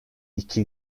iki